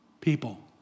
people